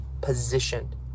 positioned